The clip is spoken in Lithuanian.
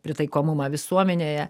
pritaikomumą visuomenėje